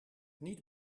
niet